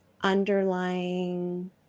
underlying